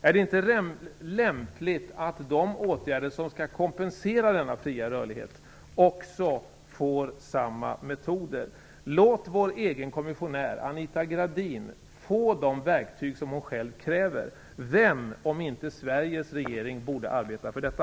Är det inte lämpligt att de åtgärder som skall kompensera denna fria rörlighet också får samma metoder? Låt vår egen kommissionär, Anita Gradin, få de verktyg som hon själv kräver. Vem, om inte Sveriges regering, borde arbeta för detta?